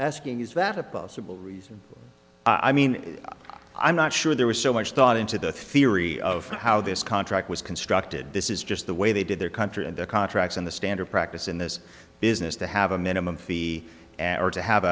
asking is that a possible reason i mean i'm not sure there was so much thought into the theory of how this contract was constructed this is just the way they did their country and the contracts and the standard practice in this business to have a minimum fee and or to have